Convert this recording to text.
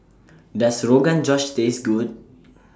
Does Rogan Josh Taste Good